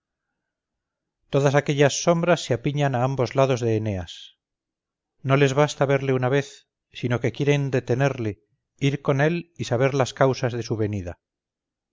todas aquellas sombras se apiñan a ambos lados de eneas no les basta verle una vez sino que quieren detenerle ir con él y saber las causas de su venida